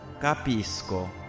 Capisco